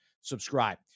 subscribe